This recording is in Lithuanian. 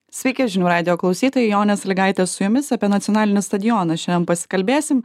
sveiki žinių radijo klausytojai jonė sąlygaitė su jumis apie nacionalinį stadioną šiandien pasikalbėsim